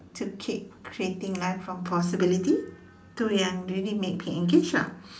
to keep creating life from possibility itu yang really make engaged lah